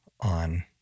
on